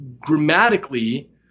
grammatically